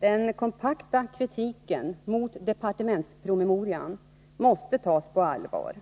Den kompakta kritiken mot departementspromemorian måste tas på allvar.